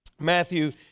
Matthew